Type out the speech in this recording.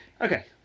Okay